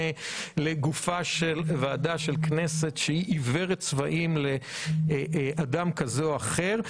לגופה של ועדה של כנסת שהיא עיוורת צבעים לאדם כזה או אחר.